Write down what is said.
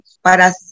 para